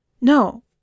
No